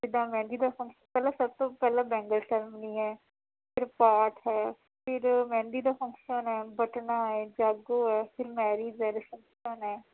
ਜਿੱਦਾਂ ਮਹਿੰਦੀ ਦਾ ਫੰਕ ਪਹਿਲਾਂ ਸਭ ਤੋਂ ਪਹਿਲਾਂ ਬੈਂਗਲ ਸੇਰੇਮਨੀ ਹੈ ਫਿਰ ਪਾਠ ਹੈ ਫਿਰ ਮਹਿੰਦੀ ਦਾ ਫੰਕਸ਼ਨ ਹੈ ਵੱਟਣਾ ਹੈ ਜਾਗੋ ਹੈ ਫਿਰ ਮੈਰਿਜ਼ ਹੈ ਰੀਸੈਪਸ਼ਨ ਹੈ